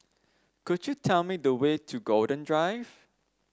could you tell me the way to Golden Drive